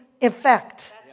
effect